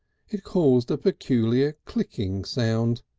it caused a peculiar clicking sound,